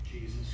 Jesus